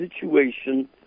situation